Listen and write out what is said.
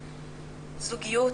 זוגיות,